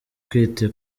kwita